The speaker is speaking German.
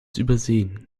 übersehen